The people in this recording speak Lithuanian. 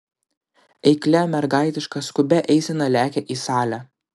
eiklia mergaitiška skubia eisena lekia į salę